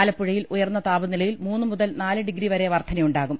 ആലപ്പുഴ യിൽ ഉയർന്ന താപനിലയിൽ മൂന്നുമുതൽ നാലുഡിഗ്രിവരെ വർധനയു ണ്ടാകും